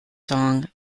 song